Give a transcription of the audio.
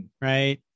right